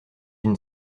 une